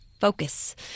Focus